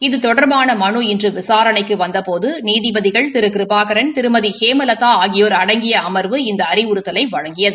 இது தொடர்பான மனு இன்று விசாரணைக்கு வந்தபோது நீதிபதிகள் திரு கிருபாகரன் திருமதி ஹேமலாதா ஆகியோர் அடங்கிய அமாவு இந்த அறிவுறுத்தலை வழங்கியது